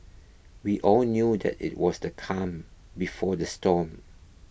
we all knew that it was the calm before the storm